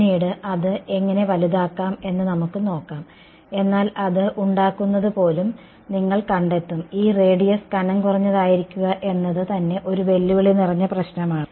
പിന്നീട് അത് എങ്ങനെ വലുതാക്കാം എന്ന് നമുക്ക് നോക്കാം എന്നാൽ അത് ഉണ്ടാക്കുന്നത് പോലും നിങ്ങൾ കണ്ടെത്തും ഈ റേഡിയസ് കനം കുറഞ്ഞതായിരിക്കുക എന്നത് തന്നെ ഒരു വെല്ലുവിളി നിറഞ്ഞ പ്രശ്നമാണ്